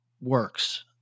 works